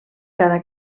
cada